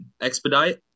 Expedite